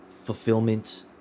fulfillment